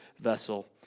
vessel